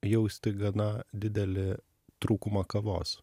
jausti gana didelį trūkumą kavos